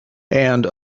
and